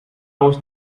was